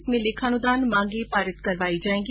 इसमें लेखानुदान मांगे पारित करवाई जायेंगी